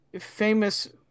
famous